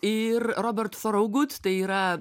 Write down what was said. ir robert thorogūd tai yra